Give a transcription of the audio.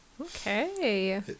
Okay